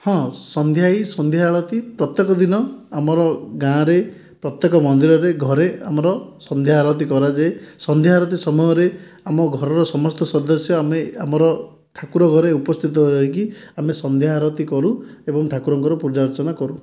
ହଁ ସନ୍ଧ୍ୟା ସନ୍ଧ୍ୟା ଆଳତି ପ୍ରତ୍ୟେକ ଦିନ ଆମର ଗାଁ ରେ ପ୍ରତ୍ୟେକ ମନ୍ଦିରରେ ଘରେ ଆମର ସନ୍ଧ୍ୟା ଆରତୀ କରାଯାଏ ସନ୍ଧ୍ୟା ଆରତୀ ସମୟରେ ଆମ ଘରର ସମସ୍ତ ସଦସ୍ୟ ଆମେ ଆମର ଠାକୁର ଘରେ ଉପସ୍ଥିତ ରହିକି ଆମେ ସନ୍ଧ୍ୟା ଆରତୀ କରୁ ଏବଂ ଠାକୁରଙ୍କର ପୂଜାଅର୍ଚ୍ଚନା କରୁ